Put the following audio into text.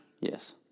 Yes